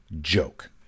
joke